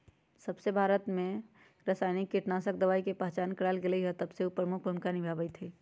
जबसे भारत में रसायनिक कीटनाशक दवाई के पहचान करावल गएल है तबसे उ प्रमुख भूमिका निभाई थई